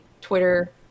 Twitter